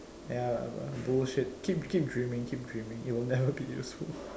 ya uh bullshit keep keep dreaming keep dreaming it it would never be useful